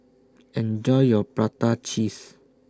Enjoy your Prata Cheese